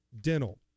Dental